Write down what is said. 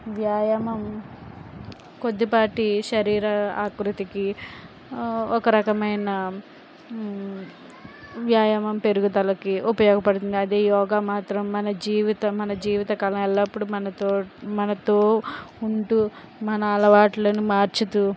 వ్యాయామం కొద్దిపాటి శరీర ఆకృతికి ఒక రకమైన వ్యాయామం పెరుగుదలకు ఉపయోగపడుతుంది అదే యోగా మాత్రం మన జీవితం మన జీవితకాల్లప్పుడూ మనతో మనతో ఉంటూ మన అలవాట్లను మార్చుతూ